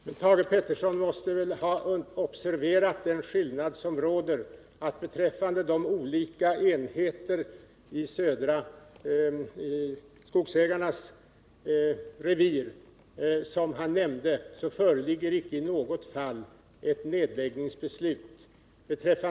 Herr talman! Thage Peterson måste väl ha observerat den skillnad som råder. Beträffande de olika enheter i Södra Skogsägarnas revir som har nämnts föreligger icke i något fall ett nedläggningsbeslut.